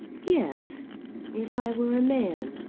yes if i were a man,